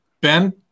Ben